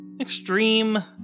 extreme